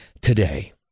Today